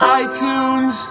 iTunes